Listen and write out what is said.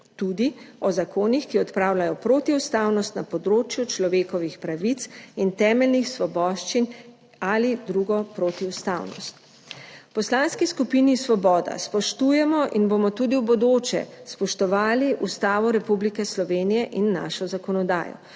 tudi o zakonih, ki odpravljajo protiustavnost na področju človekovih pravic in temeljnih svoboščin ali drugo protiustavnost. V Poslanski skupini Svoboda spoštujemo in bomo tudi v bodoče spoštovali Ustavo Republike Slovenije in našo zakonodajo,